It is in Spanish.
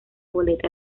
boleta